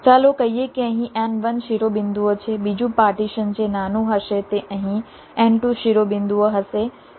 ચાલો કહીએ કે અહીં n1 શિરોબિંદુઓ છે બીજું પાર્ટીશન જે નાનું હશે તે અહીં n2 શિરોબિંદુઓ હશે